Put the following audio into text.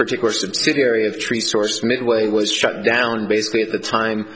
particular subsidiary of tree sourced midway was struck down basically at the time